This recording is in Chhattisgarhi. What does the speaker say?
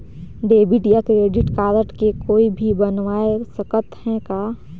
डेबिट या क्रेडिट कारड के कोई भी बनवाय सकत है का?